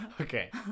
Okay